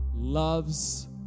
loves